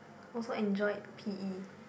also enjoyed P_E